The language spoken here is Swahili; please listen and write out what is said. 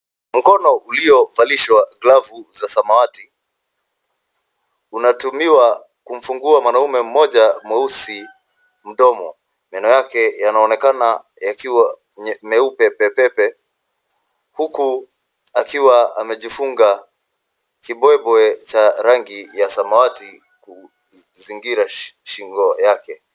Mkono uliyovalishwa glavu za samawati unatumiwa kumfungua mwanaume moja mweusi mdomo. Meno yake yanaonekana yakiwa meupe pepepe huku akiwa amejifunga kibwebwe cha rangi ya samawati kuzingira shingo yake.